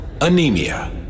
anemia